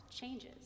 changes